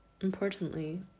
importantly